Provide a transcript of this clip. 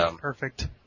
perfect